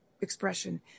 expression